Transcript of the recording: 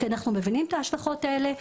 כי אנחנו מבינים את ההשלכות האלה,